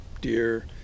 deer